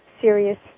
serious